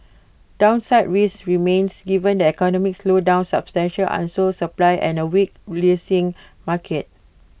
downside risks remain given the economic slowdown substantial unsold supply and A weak leasing market